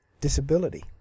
disability